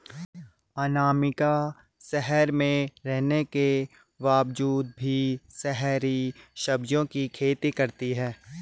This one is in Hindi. अनामिका शहर में रहने के बावजूद भी शहरी सब्जियों की खेती करती है